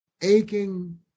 aching